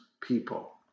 people